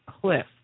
cliff